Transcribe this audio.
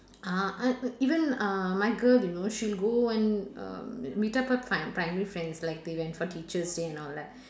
uh uh even uh my girl you know she'll go and um meet up her pri~ primary friends like they went for teachers' day and all that